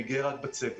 אני גאה רק בצוות.